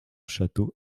château